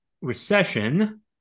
recession